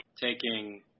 taking –